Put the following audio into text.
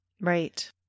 Right